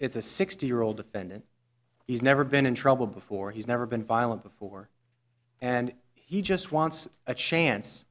it's a sixty year old defendant he's never been in trouble before he's never been violent before and he just wants a chance